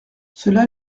cela